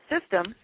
system